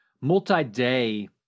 multi-day